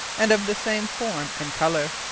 and of the same forme, and colour.